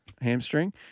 hamstring